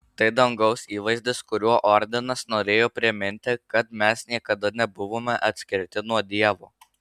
tai dangaus įvaizdis kuriuo ordinas norėjo priminti kad mes niekada nebuvome atskirti nuo dievo